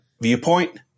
viewpoint